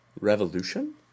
revolution